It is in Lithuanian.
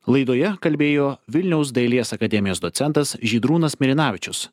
laidoje kalbėjo vilniaus dailės akademijos docentas žydrūnas mirinavičius